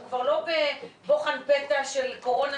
אנחנו לא בבוחן פתע של קורונה,